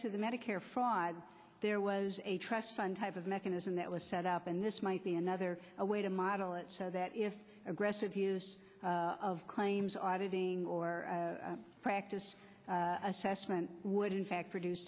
to the medicare fraud there was a trust fund type of mechanism that was set up and this might be another way to model it so that if aggressive use of claims auditing or practice assessment would in fact produce